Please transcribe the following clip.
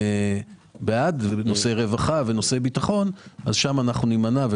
בעד נושאי רווחה ונושאי ביטחון אנחנו נימנע.